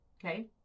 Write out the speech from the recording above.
Okay